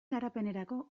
garapenerako